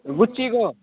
गुच्चीको